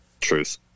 Truth